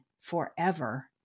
forever